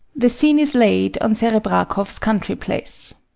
the scene is laid on serebrakoff's country place